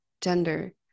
gender